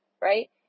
right